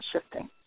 shifting